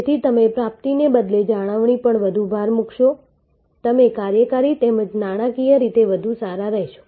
તેથી તમે પ્રાપ્તિને બદલે જાળવણી પર વધુ ભાર મૂકશો તમે કાર્યકારી તેમજ નાણાકીય રીતે વધુ સારા રહેશો